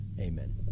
Amen